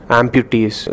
amputees